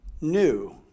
New